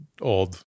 old